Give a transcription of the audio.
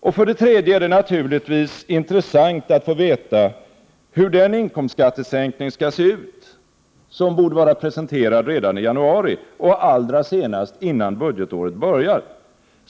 Och för det tredje är det naturligtvis intressant att få veta hur den inkomstskattesänkning skall se ut som borde vara presenterad redan i januari och allra senast innan budgetåret börjar.